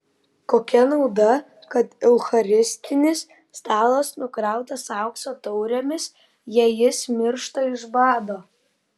kokia nauda kad eucharistinis stalas nukrautas aukso taurėmis jei jis miršta iš bado